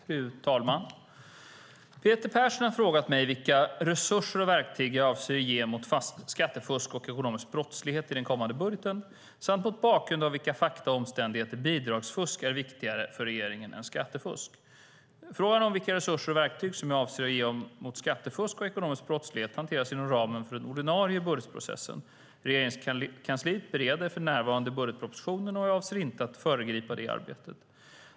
Fru talman! Peter Persson har frågat mig vilka resurser och verktyg jag avser att ge mot skattefusk och ekonomisk brottslighet i den kommande budgeten samt mot bakgrund av vilka fakta och omständigheter bidragsfusk är viktigare för regeringen än skattefusk. Frågan om vilka resurser och verktyg som jag avser att ge mot skattefusk och ekonomisk brottslighet hanteras inom ramen för den ordinarie budgetprocessen. Regeringskansliet bereder för närvarande budgetpropositionen. Jag avser inte att föregripa det arbetet.